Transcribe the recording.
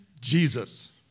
Jesus